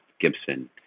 gibson